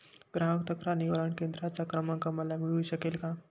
ग्राहक तक्रार निवारण केंद्राचा क्रमांक मला मिळू शकेल का?